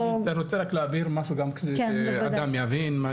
או -- אני רוצה רק להעביר משהו גם שאדם יבין,